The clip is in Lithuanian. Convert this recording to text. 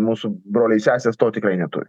mūsų broliai sesės to tikrai neturi